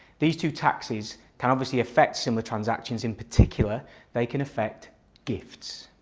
these two taxes can obviously effect similar transactions in particular they can affect gifts.